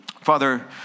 Father